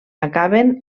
acaben